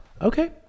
Okay